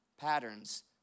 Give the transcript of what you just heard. patterns